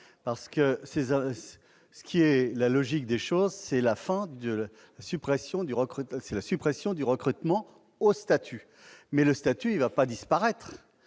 quelques vérités. La logique des choses, c'est la suppression du recrutement au statut, mais le statut ne va pas disparaître.